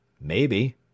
Maybe